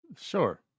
Sure